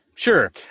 Sure